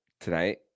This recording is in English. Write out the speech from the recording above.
tonight